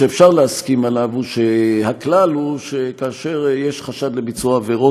שאפשר להסכים עליו הוא שהכלל הוא שכאשר יש חשד לביצוע עבירות,